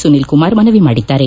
ಸುನೀಲ್ ಕುಮಾರ್ ಮನವಿ ಮಾಡಿದ್ದಾರೆ